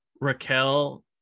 Raquel